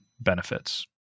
benefits